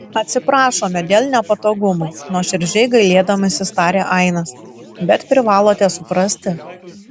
atsiprašome dėl nepatogumų nuoširdžiai gailėdamasis tarė ainas bet privalote suprasti